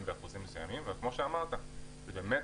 כמו שאמרת: זה באמת